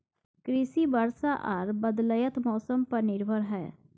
कृषि वर्षा आर बदलयत मौसम पर निर्भर हय